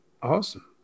Awesome